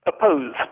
oppose